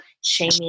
shaming